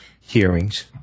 hearings